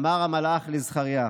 אמר המלאך לזכריה.